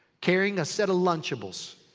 carrying a set of lunchables.